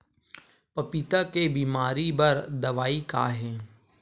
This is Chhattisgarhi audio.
पपीता के बीमारी बर दवाई का हे?